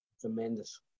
Tremendous